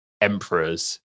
emperors